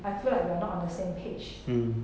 I feel like we are not on the same page